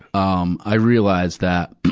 um i realized that,